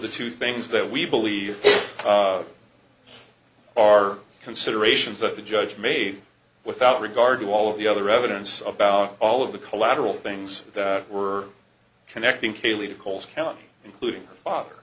the two things that we believe are considerations that the judge made without regard to all of the other evidence about all of the collateral things that were connecting caylee to coles county including father